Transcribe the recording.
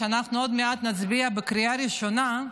שאנחנו עוד מעט נצביע עליו בקריאה ראשונה,